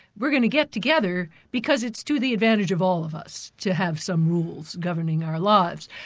we're going to get together, because it's to the advantage of all of us to have some rules governing our lives.